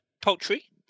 poultry